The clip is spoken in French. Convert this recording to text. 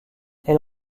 elle